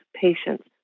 patients